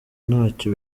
ntacyo